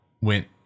went